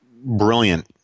brilliant